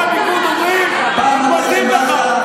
חבר הכנסת מלביצקי, זו פעם אחרונה, מספיק כבר.